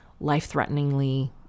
life-threateningly